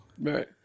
Right